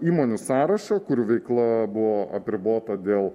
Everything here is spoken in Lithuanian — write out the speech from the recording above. įmonių sąrašą kurių veikla buvo apribota dėl